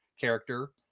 character